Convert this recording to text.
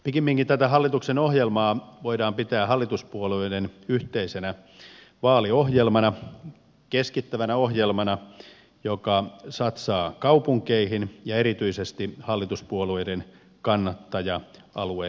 pikemminkin tätä hallituksen ohjelmaa voidaan pitää hallituspuolueiden yhteisenä vaaliohjelmana keskittävänä ohjelmana joka satsaa kaupunkeihin ja erityisesti hallituspuolueiden kannattaja aluekeskuksiin